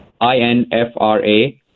I-N-F-R-A-